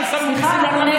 אנחנו שמנו מיסים על חד-פעמי?